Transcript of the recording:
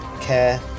care